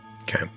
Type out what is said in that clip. Okay